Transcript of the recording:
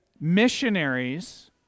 missionaries